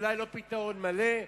אולי לא פתרון מלא,